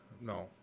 no